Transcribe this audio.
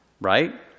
right